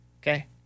Okay